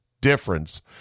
difference